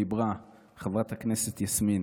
חברת הכנסת יסמין